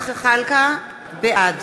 זחאלקה, בעד